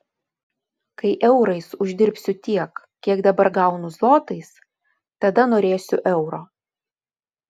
kai eurais uždirbsiu tiek kiek dabar gaunu zlotais tada norėsiu euro